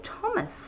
Thomas